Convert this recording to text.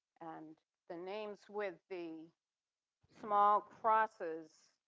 and the names with the small process,